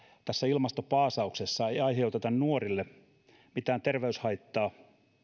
tässä ilmastopaasauksessa ei aiheuteta nuorille mitään terveyshaittaa